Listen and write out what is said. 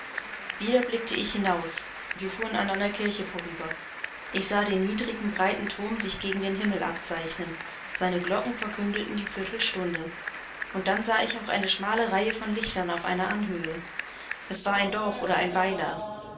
wieder blickte ich hinaus wir fuhren an einer kirche vorüber ich sah den niedrigen breiten turm sich gegen den himmel abzeichnen seine glocken verkündeten die viertelstunde dann sah ich auch eine schmale reihe von lichtern auf einer anhöhe es war ein dorf oder ein weiler